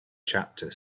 chapter